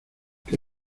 que